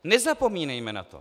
Nezapomínejme na to!